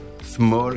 small